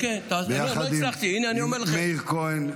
ביחד עם מאיר כהן,